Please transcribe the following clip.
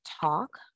talk